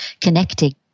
connecting